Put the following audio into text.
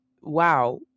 wow